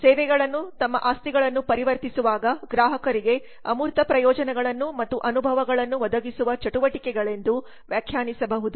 ಸೇವೆಗಳನ್ನು ತಮ್ಮ ಆಸ್ತಿಗಳನ್ನು ಪರಿವರ್ತಿಸುವಾಗ ಗ್ರಾಹಕರಿಗೆ ಅಮೂರ್ತ ಪ್ರಯೋಜನಗಳನ್ನು ಮತ್ತು ಅನುಭವಗಳನ್ನು ಒದಗಿಸುವ ಚಟುವಟಿಕೆಗಳೆಂದು ವ್ಯಾಖ್ಯಾನಿಸಬಹುದು